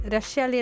Russia